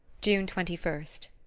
june twenty first.